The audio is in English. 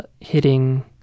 hitting